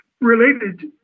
related